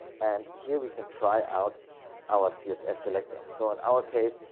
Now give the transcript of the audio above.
and here, we can try out our css selector. so in our case,